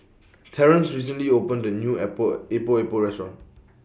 Terrance recently opened A New Epok Epok Restaurant